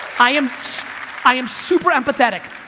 i am i am super-empathetic,